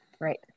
Right